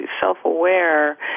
self-aware